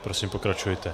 Prosím, pokračujte.